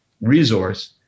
resource